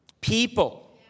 people